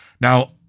Now